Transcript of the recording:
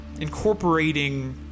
incorporating